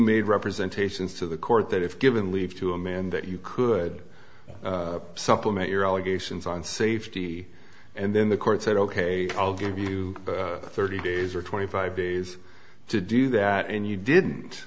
made representations to the court that if given leave to a man that you could supplement your allegations on safety and then the court said ok i'll give you thirty days or twenty five days to do that and you